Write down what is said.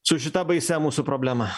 su šita baisia mūsų problema